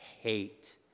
hate